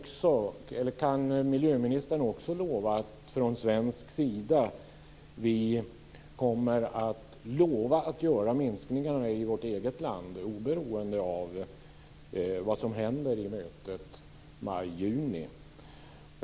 Kan miljöministern också säga att vi från svensk sida kommer att lova att göra minskningarna i vårt eget land oberoende av vad som händer vid mötet i maj/juni?